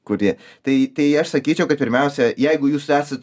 kurie tai tai aš sakyčiau kad pirmiausia jeigu jūs esat